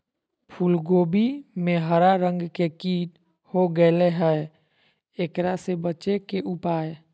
फूल कोबी में हरा रंग के कीट हो गेलै हैं, एकरा से बचे के उपाय?